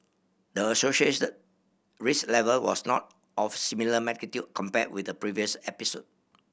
the associated risk level was not of similar magnitude compared with the previous episode